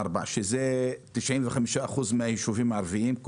4 שאלה 95 אחוזים מהישובים הערביים,